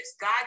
God